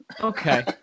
Okay